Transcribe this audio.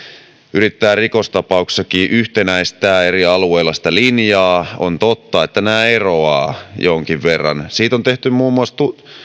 yrittävät rikostapauksissakin yhtenäistää eri alueilla sitä linjaa on totta että nämä eroavat jonkin verran siitä on tehty muun muassa